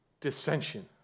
Dissension